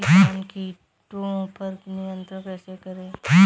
किसान कीटो पर नियंत्रण कैसे करें?